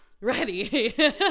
ready